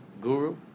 guru